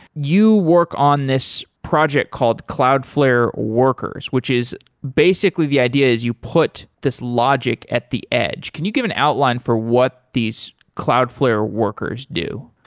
you work on this project called cloudflare workers, which is basically the idea is you put this logic at the edge. can you give an outline for what these cloudflare workers do?